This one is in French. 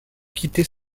quitter